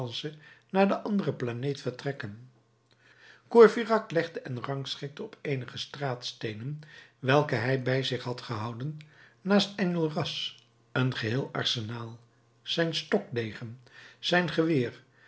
naar de andere planeet vertrekken courfeyrac legde en rangschikte op eenige straatsteenen welke hij bij zich had gehouden naast enjolras een geheel arsenaal zijn stokdegen zijn geweer